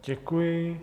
Děkuji.